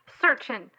searching